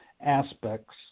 aspects